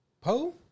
Poe